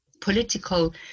political